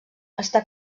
està